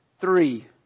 Three